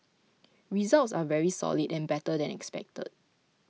results are very solid and better than expected